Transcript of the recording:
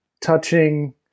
touching